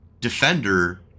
defender